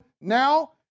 now